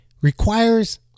requires